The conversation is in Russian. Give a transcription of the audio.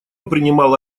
принимала